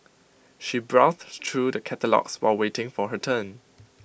she browsed through the catalogues while waiting for her turn